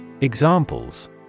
Examples